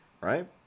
right